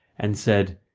and said,